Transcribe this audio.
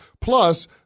Plus